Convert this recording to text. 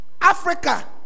Africa